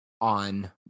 on